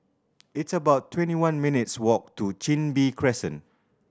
it's about twenty one minutes' walk to Chin Bee Crescent